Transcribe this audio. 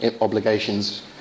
obligations